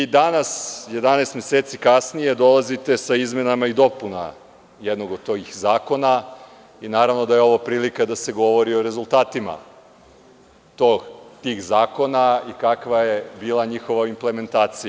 Danas, 11 meseci kasnije, dolazite sa izmenama i dopunama jednog od tih zakona i naravno da je ovo prilika da se govori o rezultatima tih zakona i kakva je bila njihova implementacija.